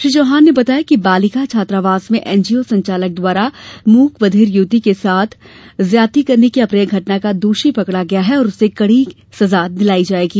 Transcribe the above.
श्री चौहान ने बताया कि बालिका छात्रावास में एनजीओ संचालक द्वारा मूक बधिर युवती से ज्यादती करने की अप्रिय घटना का आरोपी पकड़ा गया है और उसे कड़ी सजा दिलाई जायेगी